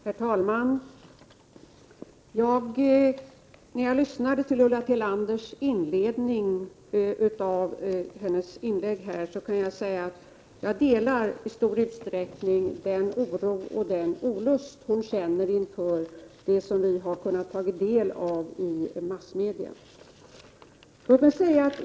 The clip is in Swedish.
Herr talman! Efter att ha lyssnat till Ulla Tillanders inlägg — och då särskilt inledningen — kan jag säga att jag i stor utsträckning delar den oro och den olust som hon känner inför det som vi har kunnat ta del av i massmedia.